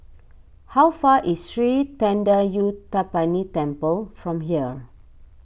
how far away is Sri thendayuthapani Temple from here